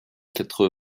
quatre